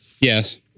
Yes